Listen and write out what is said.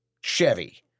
Chevy